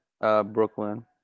Brooklyn